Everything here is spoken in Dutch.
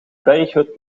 berghut